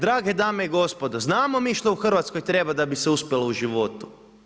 Drage dame i gospodo, znamo mi što u Hrvatskoj treba da bi se uspjelo u životu.